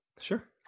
Sure